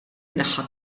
tneħħa